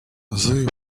they